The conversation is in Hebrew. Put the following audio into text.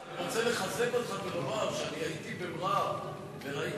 אני רוצה לחזק אותך ולומר שהייתי במע'אר וראיתי,